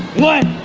one,